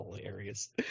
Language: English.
hilarious